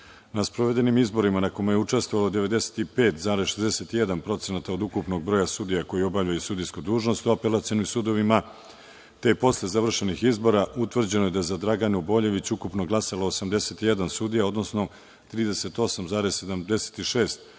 sprovedenim izborima na kome je učestvovalo 95,61% od ukupnog broja sudija koji obavljaju sudijsku dužnost u apelacionim sudovima, te posle završenih izbora utvrđeno je da za Draganu Boljević ukupno glasao 81 sudija, odnosno 38,76,